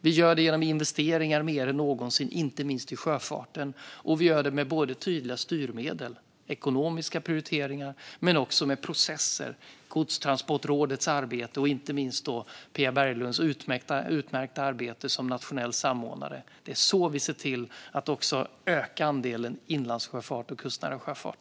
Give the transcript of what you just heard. Vi gör det genom att göra mer investeringar än någonsin, inte minst i sjöfarten. Vi gör det med tydliga styrmedel och ekonomiska prioriteringar, men också med processer, Godstransportrådets arbete och inte minst Pia Berglunds utmärkta arbete som nationell samordnare. Det är så vi ser till att öka andelen inlandssjöfart och kustnära sjöfart.